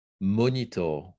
monitor